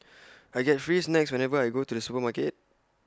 I get free snacks whenever I go to the supermarket